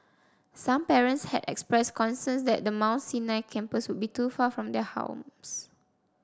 some parents had expressed concerns that the Mount Sinai campus would be too far from their homes